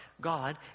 God